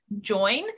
join